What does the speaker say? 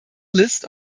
list